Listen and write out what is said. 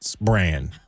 brand